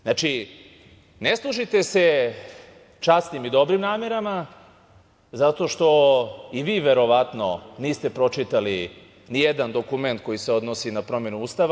Znači, ne služite se časnim i dobrim namerama zato što i vi verovatno niste pročitali nijedan dokument koji se odnosi na promenu Ustava.